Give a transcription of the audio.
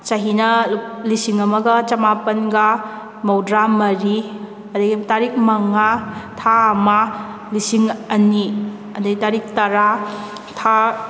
ꯆꯍꯤꯅ ꯂꯤꯁꯤꯡ ꯑꯃꯒ ꯆꯃꯥꯄꯜꯒ ꯃꯧꯗ꯭ꯔꯥ ꯃꯔꯤ ꯑꯗꯨꯗꯒꯤ ꯇꯥꯔꯤꯛ ꯃꯉꯥ ꯊꯥ ꯑꯃ ꯂꯤꯁꯤꯡ ꯑꯅꯤ ꯑꯗꯨꯗꯩ ꯇꯥꯔꯤꯛ ꯇꯔꯥ ꯊꯥ